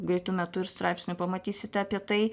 greitu metu ir straipsnį pamatysite apie tai